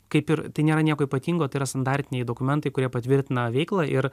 kaip ir tai nėra nieko ypatingo tai yra standartiniai dokumentai kurie patvirtina veiklą ir